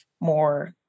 more